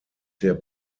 der